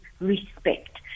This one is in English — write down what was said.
respect